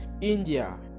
india